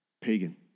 pagan